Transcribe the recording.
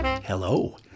Hello